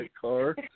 car